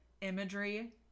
imagery